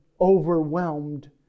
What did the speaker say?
overwhelmed